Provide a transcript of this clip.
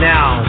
Now